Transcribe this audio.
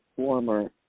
Warmer